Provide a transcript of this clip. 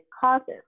causes